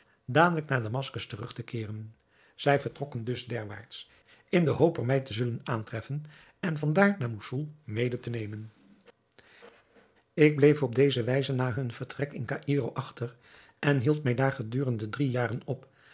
dadelijk naar damaskus terug te keeren zij vertrokken dus derwaarts in de hoop er mij te zullen aantreffen en van daar naar moussoul mede te nemen ik bleef op deze wijze na hun vertrek in caïro achter en hield mij daar gedurende drie jaren op